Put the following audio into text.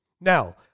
Now